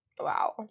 Wow